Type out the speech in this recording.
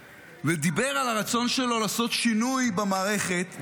ודיבר על הרצון שלו לעשות שינוי במערכת.